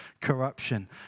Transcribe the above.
corruption